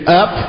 up